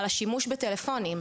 על השימוש בטלפונים.